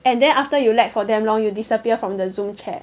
and then after you lag for damn long you disappear from the Zoom chat